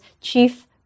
chief